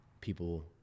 People